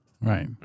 Right